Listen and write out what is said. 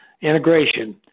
integration